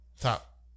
top